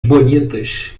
bonitas